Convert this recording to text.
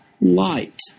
light